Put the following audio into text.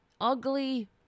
ugly